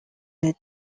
ned